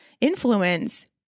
influence